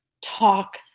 talk